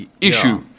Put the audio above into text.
issue